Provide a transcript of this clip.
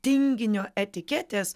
tinginio etiketės